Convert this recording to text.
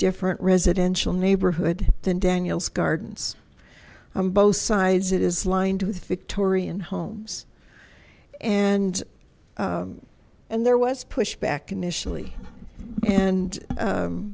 different residential neighborhood than daniel's gardens on both sides it is lined with victorian homes and and there was pushback initially and